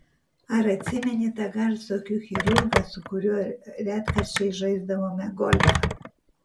ar atsimeni tą garsų akių chirurgą su kuriuo retkarčiais žaisdavome golfą